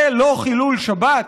זה לא חילול שבת?